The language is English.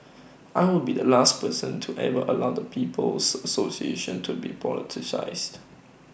I will be the last person to ever allow the people's association to be politicised